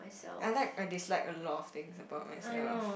I like and dislike a lot of things about myself